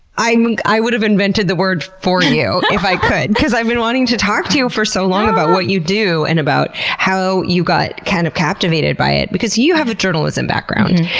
i i would have invented the word for you if i could. cause i've been wanting to talk to you for so long about what you do and about how you got kind of captivated by it, because you have a journalism background.